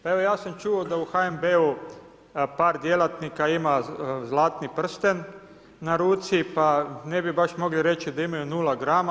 Pa evo ja sam čuo da u HNB-u par djelatnika ima zlatni prsten na ruci, pa ne bi baš mogli reći da imaju nula grama.